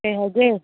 ꯀꯩ ꯍꯥꯏꯒꯦ